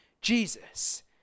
Jesus